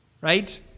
Right